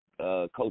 Coach